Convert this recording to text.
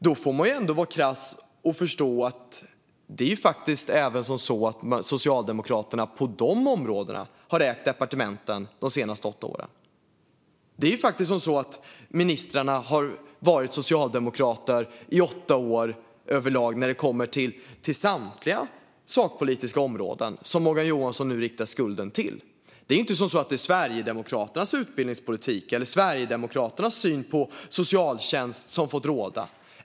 Då får jag ändå vara krass och påpeka att Socialdemokraterna har ägt departementen även på dessa områden under de senaste åtta åren. Ministrarna på samtliga av de sakpolitiska områden där Morgan Johansson vill lägga skulden har faktiskt överlag varit socialdemokrater i åtta år. Det är inte så att det är Sverigedemokraternas utbildningspolitik eller Sverigedemokraternas syn på socialtjänsten som har fått råda.